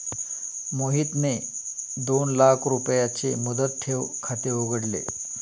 मोहितने दोन लाख रुपयांचे मुदत ठेव खाते उघडले